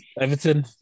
Everton